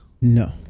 No